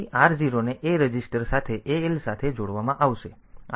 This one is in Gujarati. તેથી R 0 ને A રજિસ્ટર સાથે AL સાથે જોડવામાં આવશે